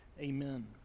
Amen